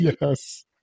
Yes